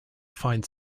find